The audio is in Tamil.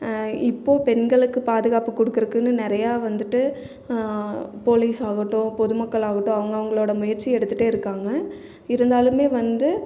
இப்போது பெண்களுக்கு பாதுகாப்பு கொடுக்குறக்குனு நிறையா வந்துட்டு போலீஸ் ஆகட்டும் பொதுமக்கள் ஆகட்டும் அவங்க அவர்களோட முயற்சி எடுத்துகிட்டே இருக்காங்க இருந்தாலுமே வந்து